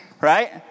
Right